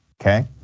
okay